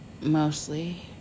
Mostly